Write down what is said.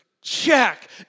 Check